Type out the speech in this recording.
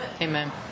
Amen